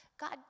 God